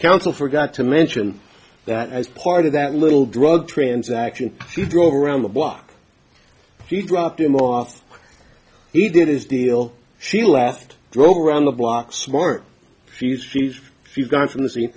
counsel forgot to mention that as part of that little drug transaction she drove around the block she dropped him off he did his deal she left drove around the block smart fuse she's a few guys from the scene